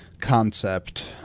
concept